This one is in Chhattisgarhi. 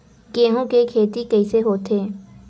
गेहूं के खेती कइसे होथे?